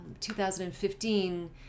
2015